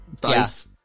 dice